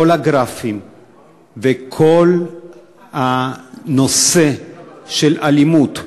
כל הגרפים וכל הנושא של אלימות,